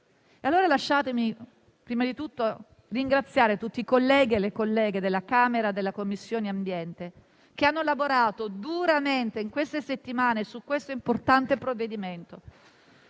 climatica. Lasciatemi prima di tutto ringraziare tutti i colleghi e le colleghe della Commissione ambiente della Camera, che hanno lavorato duramente in queste settimane su questo importante provvedimento.